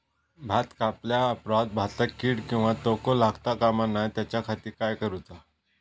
भात कापल्या ऑप्रात भाताक कीड किंवा तोको लगता काम नाय त्याच्या खाती काय करुचा?